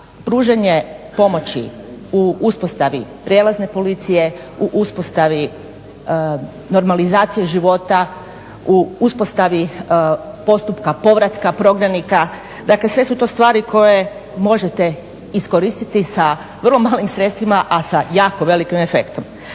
pružanje pomoći u uspostavi prijelazne policije, u uspostavi normalizacije života, u uspostavi postupka povratka prognanika. Dakle, sve su to stvari koje možete iskoristiti sa vrlo malim sredstvima a sa jako velikim efektom.